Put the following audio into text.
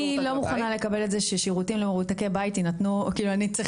אני לא מכונה לקבל את זה, לא יכול